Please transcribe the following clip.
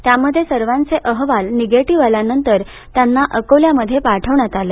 त्यामध्ये सर्वांचे अहवाल निगेटिव्ह आल्यानंतर त्यांना अकोल्यात पाठवण्यात आलं